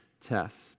test